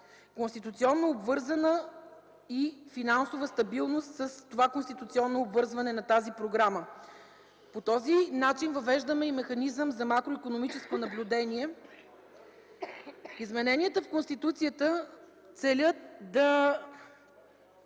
конституционно обвързана, и финансова стабилност с това конституционно обвързване на тази програма. По този начин въвеждаме и механизъм за макроикономическо наблюдение. Измененията в Конституцията целят да